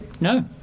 No